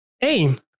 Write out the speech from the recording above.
aim